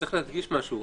צריך להדגיש משהו.